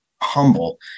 humble